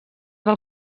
del